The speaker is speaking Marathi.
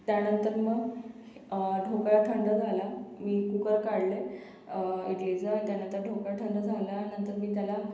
त्यानंतर मग ढोकळा थंड झाला मी कुकर काढले इडलीचं त्यानंतर ढोकळा थंड झाल्यानंतर मी त्याला